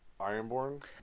Ironborn